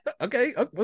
okay